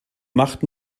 macht